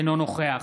אינו נוכח